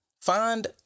Find